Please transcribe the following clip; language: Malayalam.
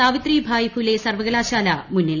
സാവിത്രി ഭായ് ഫുലെ സർവകലാശാല മുന്നിൽ